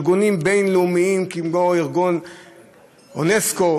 ארגונים בין-לאומיים כמו אונסק"ו,